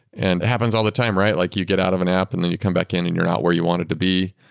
and it happens all the time, right? like you get out of an app and then you come back in and you're not where you wanted to be.